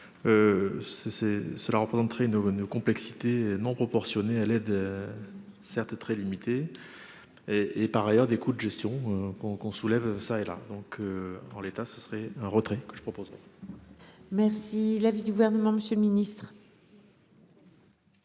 cela représenterait une aumône complexité non proportionnée à l'aide, certes très limité et et par ailleurs, des coûts de gestion qu'on qu'on soulève, ça et là, donc en l'état, ce serait un retrait, je propose. Merci l'avis du gouvernement, Monsieur le Ministre.